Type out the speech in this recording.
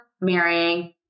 marrying